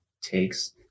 Takes